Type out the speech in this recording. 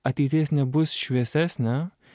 ateitis nebus šviesesnė